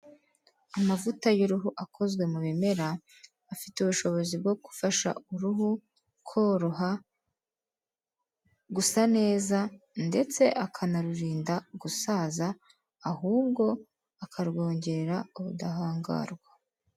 Amavuta y'uruhu akozwe mu bimera afite ubushobozi bwo gufasha uruhu koroha gusa neza ndetse akanarurinda gusaza ahubwo akarwongerera ubudahangarwa.